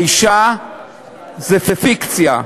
האישה זה פיקציה.